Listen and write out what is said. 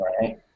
Right